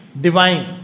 divine